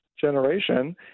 generation